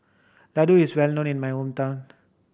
ladoo is well known in my hometown